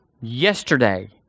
yesterday